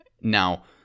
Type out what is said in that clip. now